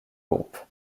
groupe